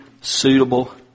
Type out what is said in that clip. suitable